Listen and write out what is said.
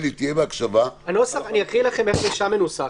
אני אקרא לכם איך זה שם מנוסח.